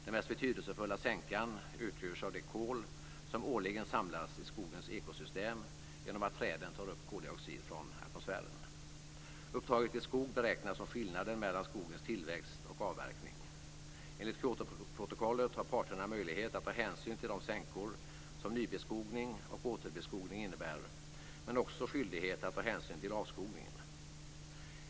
Den mest betydelsefulla sänkan utgörs av det kol som årligen samlas i skogens ekosystem genom att träden tar upp koldioxid från atmosfären. Upptaget i skog beräknas som skillnaden mellan skogens tillväxt och avverkning. Enligt Kyotoprotokollet har parterna möjlighet att ta hänsyn till de sänkor som nybeskogning och återbeskogning innebär, men också skyldighet att ta hänsyn till avskogningen.